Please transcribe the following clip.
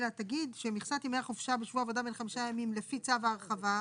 אלא תגיד שמכסת ימי החופשה בשבוע עבודה בן חמישה ימים לפי צו ההרחבה,